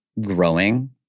growing